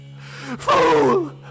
Fool